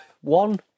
One